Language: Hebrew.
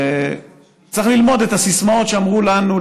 צריך ללמוד את הסיסמאות שאמרו לנו,